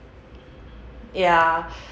ya